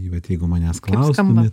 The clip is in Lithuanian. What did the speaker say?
vat jeigu manęs klaustumėt